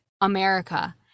America